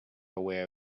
aware